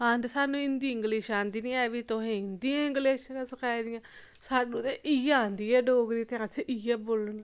आखदे सानूं हिंदी इंग्लिश आंदी निं ऐ बी तुसें हिंदी इंग्लिश सखाई दी ऐ सानूं ते इ'यै आंदी ऐ डोगरी ते असें इ'यै बोलनी